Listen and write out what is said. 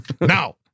Now